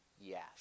yes